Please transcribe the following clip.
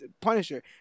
Punisher